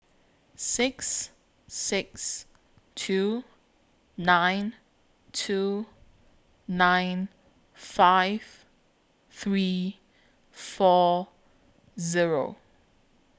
six six two nine two nine five three four Zero